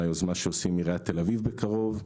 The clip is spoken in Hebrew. עם יוזמתה של שעושה עיריית תל אביב שעושה בקרוב,